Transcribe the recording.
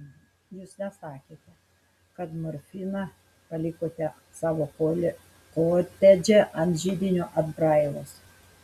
jūs nesakėte kad morfiną palikote savo kotedže ant židinio atbrailos